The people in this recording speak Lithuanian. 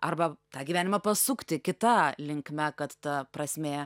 arba tą gyvenimą pasukti kita linkme kad ta prasmė